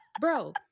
Bro